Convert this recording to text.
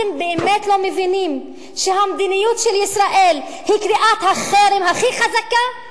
אתם באמת לא מבינים שהמדיניות של ישראל היא קריאת החרם הכי חזקה,